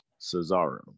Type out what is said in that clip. Cesaro